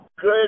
good